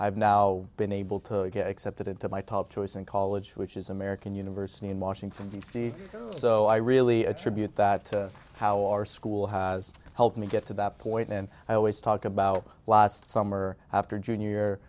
i've now been able to get accepted into my top choice in college which is american university in washington d c so i really attribute that to how our school has helped me get to that point and i always talk about last summer after junior year